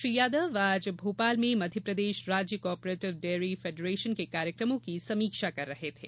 श्री यादव आज भोपाल मे मध्यप्रदेश राज्य को ऑपरेटिव डेयरी फेडरेशन के कार्यक्रमों की समीक्षा कर रहे थे